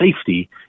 safety